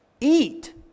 eat